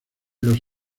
los